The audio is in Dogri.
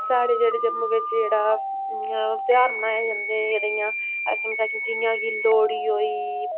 साढ़ै जेह्ड़े जम्मू बिच्च जेह्ड़ा जियां त्यहार मनाए जंदे जेह्ड़े इ'यां अस इ'यां आक्खी सकने जियां कि लोह्ड़ी होई